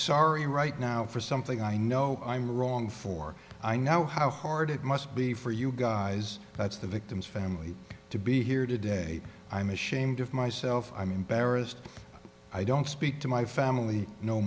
sorry right now for something i know i'm wrong for i know how hard it must be for you guys that's the victim's family to be here today i'm ashamed of myself i mean barrister i don't speak to my family no